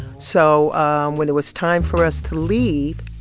so when it was time for us to leave,